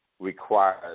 requires